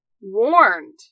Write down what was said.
warned